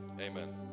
amen